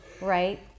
right